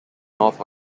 north